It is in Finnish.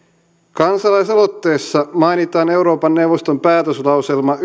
kansalaisaloitteessa mainitaan euroopan neuvoston päätöslauselma